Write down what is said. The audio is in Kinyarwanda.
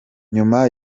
nyuma